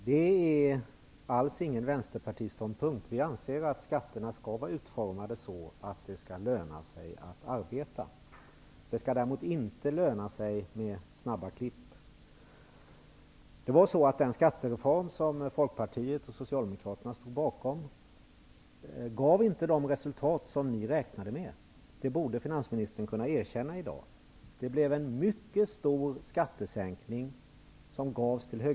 Herr talman! Det är alls inte fråga om en vänsterpartistisk ståndpunkt. Vi anser att skatterna skall vara så utformade att det lönar sig att arbeta. Däremot skall det inte vara lönsamt att göra snabba klipp. Socialdemokraterna stod bakom gav inte de resultat som ni räknade med. Det borde finansministern i dag kunna erkänna. Det blev en mycket stor skattesänkning för höginkomsttagarna.